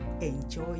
Enjoy